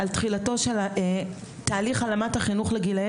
על תחילתו של התהליך העלמת החינוך לגילאי